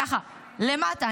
ככה למטה,